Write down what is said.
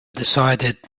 decided